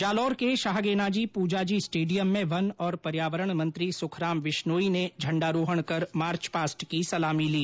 जालौर के शाहगेनाजी पूजाजी स्टेडियम में वन और पर्यावरण मंत्री सुखराम विश्नोई ने झण्डारोहण कर मार्च पास्ट की सलामी ली